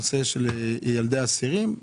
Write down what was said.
בנושא ילדי אסירים,